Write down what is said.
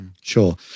Sure